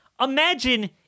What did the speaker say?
imagine